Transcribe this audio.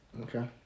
Okay